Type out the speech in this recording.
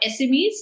SMEs